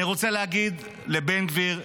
אז לסיכום, אני רוצה להגיד לבן גביר,